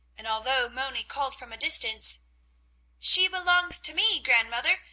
and although moni called from a distance she belongs to me, grandmother,